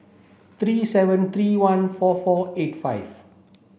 three seven three one four four eight five